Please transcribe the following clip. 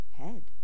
head